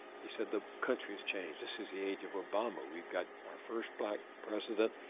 he said, the country has changed. this is the age of obama. we've got our first black president.